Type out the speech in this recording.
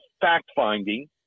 fact-finding